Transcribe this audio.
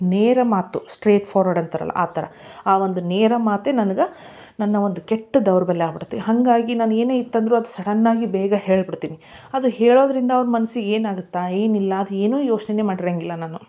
ನೇರ ಮಾತು straightforward ಅಂತಾರಲ್ಲ ಆ ಥರ ಆ ಒಂದು ನೇರ ಮಾತೇ ನನ್ಗ ನನ್ನ ಒಂದು ಕೆಟ್ಟ ದೌರ್ಬಲ್ಯ ಆಗಿ ಬಿಡತ್ತೆ ಹಾಗಾಗಿ ನಾನು ಏನೇ ಇತ್ತು ಅಂದರೂ ಅದು ಸಡನ್ನಾಗಿ ಬೇಗ ಹೇಳ್ಬಿಡ್ತೀನಿ ಅದು ಹೇಳೋದರಿಂದ ಅವ್ರ ಮನ್ಸಿಗೆ ಏನು ಆಗತ್ತ ಏನು ಇಲ್ಲ ಅದು ಏನು ಯೋಚನೇನೆ ಮಾಡಿರೋಂಗಿಲ್ಲ ನಾನು